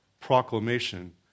proclamation